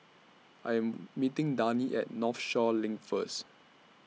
I Am meeting Dani At Northshore LINK First